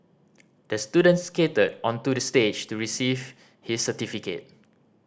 the student skated onto the stage to receive his certificate